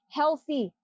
healthy